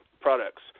products